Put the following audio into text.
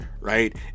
right